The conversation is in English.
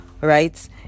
right